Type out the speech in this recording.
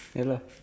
ya lah